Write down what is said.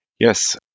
Yes